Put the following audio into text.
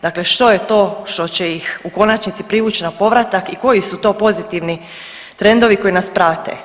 Dakle, što je to što će ih u konačnici privući na povratak i koji su to pozitivni trendovi koji nas prate?